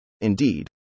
Indeed